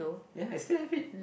ya I still have it